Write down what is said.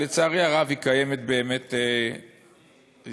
שלצערי הרב היא קיימת באמת יותר,